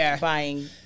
buying